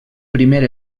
primer